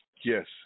Yes